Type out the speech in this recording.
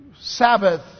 Sabbath